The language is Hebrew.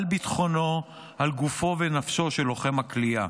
על ביטחונו, על גופו ועל נפשו של לוחם הכליאה.